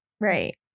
Right